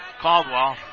Caldwell